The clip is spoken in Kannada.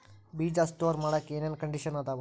ಬೇಜ ಸ್ಟೋರ್ ಮಾಡಾಕ್ ಏನೇನ್ ಕಂಡಿಷನ್ ಅದಾವ?